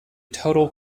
total